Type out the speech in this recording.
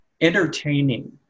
entertaining